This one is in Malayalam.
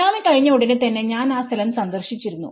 സുനാമി കഴിഞ്ഞ ഉടനെതന്നെ ഞാൻ ആ സ്ഥലംസന്ദർശിച്ചിരുന്നു